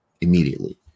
immediately